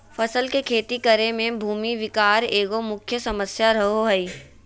फसल के खेती करे में भूमि विकार एगो मुख्य समस्या रहो हइ